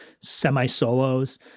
semi-solos